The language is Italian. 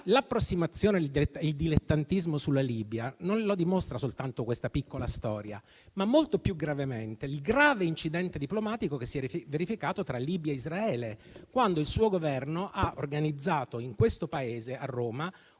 L'approssimazione e il dilettantismo sulla Libia non li dimostra soltanto questa piccola storia, ma, molto più gravemente, il grave incidente diplomatico che si è verificato tra Libia e Israele, quando il suo Governo ha organizzato in questo Paese, a Roma,